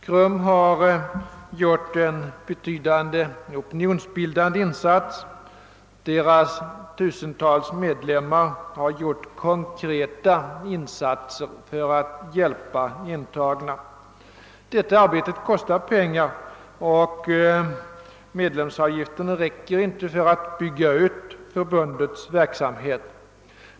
KRUM har också gjort betydande opinionsbildande insatser, och förbundets tusentals medlemmar har arbetat aktivt för att hjälpa de intagna. Sådant arbete kostar emellertid pengar. Medlemsavgifterna räcker inte till för att bygga upp förbundets verksamhet.